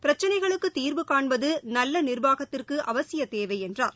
பிரச்சினைகளுக்கு தீர்வு காண்பது நல்ல நிர்வாகத்திற்கு அவசியத் தேவை என்றார்